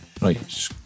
Right